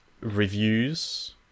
reviews